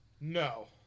No